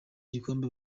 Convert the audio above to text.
igikombe